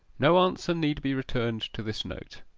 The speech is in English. no answer need be returned to this note